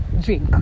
drink